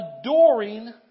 adoring